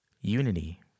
unity